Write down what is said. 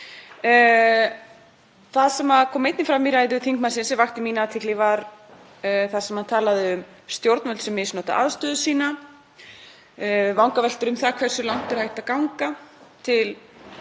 Það sem kom einnig fram í ræðu þingmannsins, sem vakti mína athygli, var að hann talaði um stjórnvöld sem misnota aðstöðu sína, vangaveltur um það hversu langt er hægt að ganga til